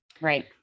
Right